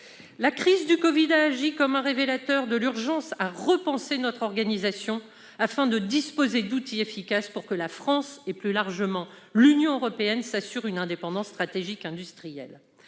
La crise du Covid-19 a agi comme un révélateur de l'urgence de repenser notre organisation, afin de disposer d'outils efficaces pour que la France et, plus largement, l'Union européenne puissent s'assurer une indépendance stratégique industrielle.